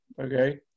okay